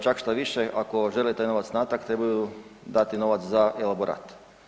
Čak štoviše, ako žele taj novac natrag, trebaju dati novac za elaborat.